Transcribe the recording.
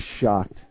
shocked